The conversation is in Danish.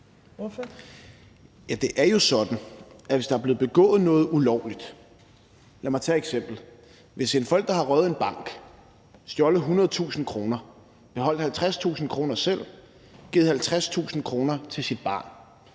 Det er jo sådan, at der kan være blevet begået noget ulovligt. Lad mig tage det her eksempel. Hvis en forælder har røvet en bank, stjålet 100.000 kr., beholdt 50.000 kr. selv, givet 50.000 kr. til sit barn,